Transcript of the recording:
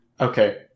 Okay